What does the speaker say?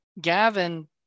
Gavin